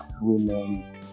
women